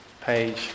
page